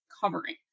covering